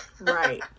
right